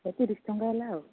ହେ ତିରିଶ ଟଙ୍କା ହେଲା ଆଉ